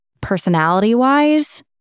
Personality-wise